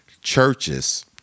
churches